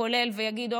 הכולל ויגיד,